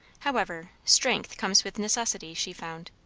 however, strength comes with necessity, she found.